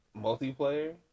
multiplayer